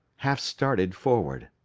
half-started forward.